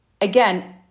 again